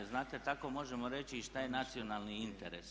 Znate, tako možemo reći i šta je nacionalni interes.